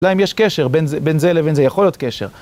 אולי אם יש קשר, בין זה לבין זה יכול להיות קשר.